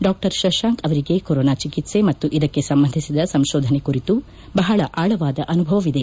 doctor Shashank ಅವರಿಗೆ corona ಚಿಕಿತ್ಸೆ ಮತ್ತು ಇದಕ್ಕೆ ಸಂಬಂಧಿಸಿದ ಸಂಶೋಧನೆ ಕುರಿತು ಬಹಳ ಆಳವಾದ ಅನುಭವವಿದೆ